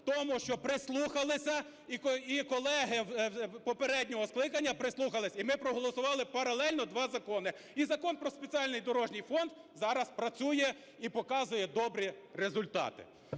тому, що прислухалися, і колеги попереднього скликання прислухались, і ми проголосували паралельно два закони. І Закон про спеціальний дорожній фонд зараз працює і показує добрі результати.